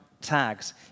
tags